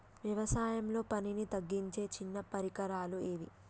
వ్యవసాయంలో పనిని తగ్గించే చిన్న పరికరాలు ఏవి?